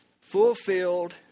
fulfilled